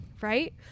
Right